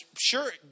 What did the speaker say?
sure